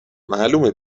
معلومه